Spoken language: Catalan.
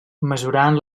mesurant